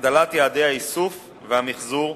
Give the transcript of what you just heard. הגדלת יעדי האיסוף והמיחזור,